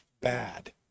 bad